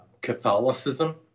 Catholicism